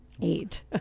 eight